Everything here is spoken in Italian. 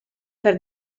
per